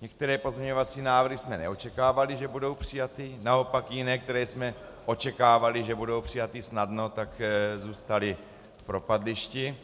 některé pozměňovací návrhy jsme neočekávali, že budou přijaty, naopak jiné, které jsme očekávali, že budou přijaty snadno, tak zůstaly v propadlišti.